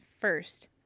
first